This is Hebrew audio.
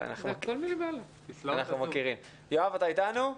יואב, אתה איתנו?